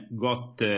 got